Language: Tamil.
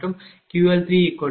மற்றும் QL3400 kVAr0